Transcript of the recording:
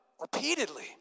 repeatedly